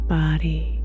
body